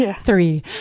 three